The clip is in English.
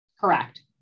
Correct